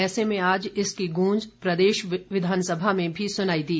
ऐसे में आज इसकी गूंज प्रदेश विधानसभा भी सुनाई दी